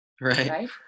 Right